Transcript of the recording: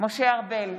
משה ארבל,